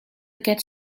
get